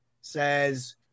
says